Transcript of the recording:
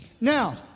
Now